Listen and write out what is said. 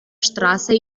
straße